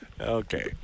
Okay